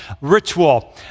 ritual